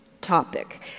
topic